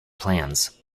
plans